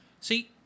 See